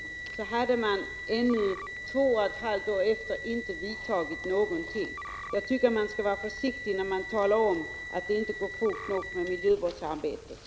Ännu två och ett halvt år efter riksdagsbeslutet hade alltså regeringen inte vidtagit några åtgärder. Jag tycker att man skall vara försiktig när man talar om att det inte går fort nog med miljövårdsarbetet.